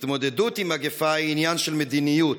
התמודדות עם מגפה היא עניין של מדיניות.